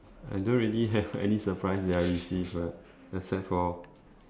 I don't really have any surprise that I receive ah except for